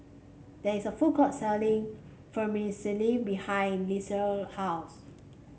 there is a food court selling Vermicelli behind house